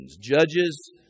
Judges